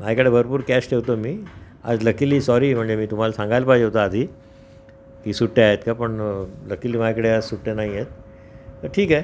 माझ्याकडे भरपूर कॅश ठेवतो मी आज लकीली सॉरी म्हणजे मी तुम्हाला सांगायला पाहिजे होतं आधी की सुट्टे आहेत का पण लकीली माझ्याकडे आज सुट्टे नाही आहेत तर ठीके